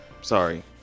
Sorry